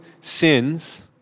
sins